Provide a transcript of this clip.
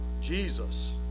Jesus